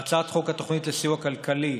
בהצעת חוק התוכנית לסיוע כלכלי,